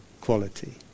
quality